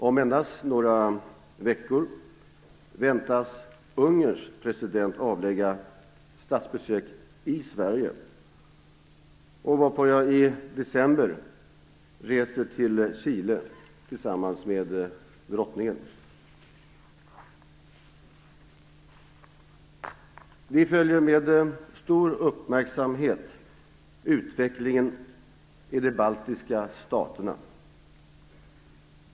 Om endast några veckor väntas Ungerns president avlägga statsbesök i Sverige, varpå jag i december reser till Chile, tillsammans med Drottningen. Vi följer med stor uppmärksamhet utvecklingen i de baltiska staterna.